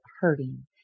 hurting